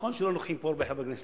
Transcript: נכון שלא נוכחים פה הרבה חברי כנסת,